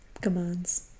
commands